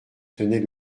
tenait